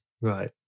Right